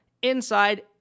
inside